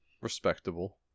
Respectable